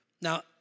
Now